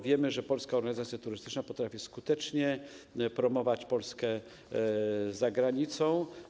Wiemy, że Polska Organizacja Turystyczna potrafi skutecznie promować Polskę za granicą.